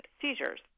seizures